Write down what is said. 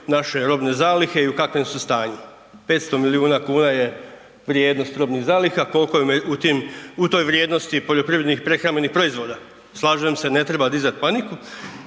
naše robne zalihe i u kakvom su stanju, 500 miliona kuna je vrijednost robnih zaliha koliko je u toj vrijednosti poljoprivrednih i prehrambenih proizvoda. Slažem se ne treba dizati paniku